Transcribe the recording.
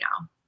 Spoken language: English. now